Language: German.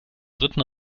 dritten